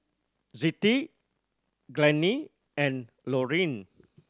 Zettie Glennie and Lorene